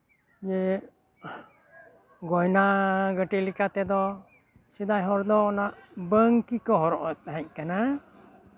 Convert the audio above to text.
ᱜᱚᱭᱱᱟ ᱜᱟᱹᱴᱤ ᱞᱮᱠᱟ ᱛᱮᱫᱚ ᱥᱮᱫᱟᱭ ᱦᱚᱲ ᱫᱚ ᱱᱚᱣᱟ ᱵᱟᱝᱠᱤ ᱠᱚ ᱦᱚᱨᱚᱜ ᱛᱟᱦᱮᱸ ᱠᱟᱱᱟ